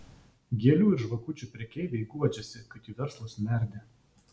gėlių ir žvakučių prekeiviai guodžiasi kad jų verslas merdi